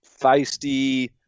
feisty